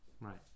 right